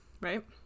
Right